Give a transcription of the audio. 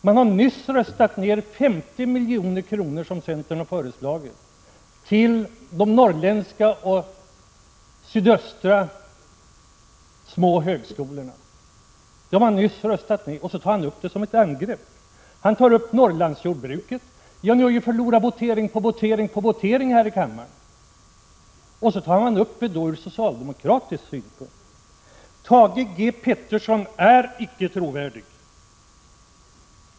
Man har nyss röstat ner 50 milj.kr. som centern har föreslagit till de norrländska och sydöstra små högskolorna — och så tar han upp detta som ett angrepp! Han tog upp Norrlandsjordbruket. Där har ni ju förlorat votering på votering här i kammaren — men så använder han detta ur socialdemokratisk synpunkt! Thage G. Peterson är icke trovärdig.